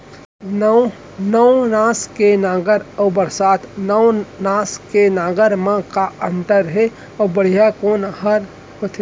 नौ नवनास के नांगर अऊ बरसात नवनास के नांगर मा का अन्तर हे अऊ बढ़िया कोन हर होथे?